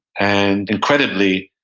and incredibly,